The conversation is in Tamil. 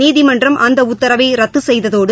நீதிமன்றம் அந்த உத்தரவை ரத்து செய்ததோடு